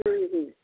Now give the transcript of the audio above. হুম হুম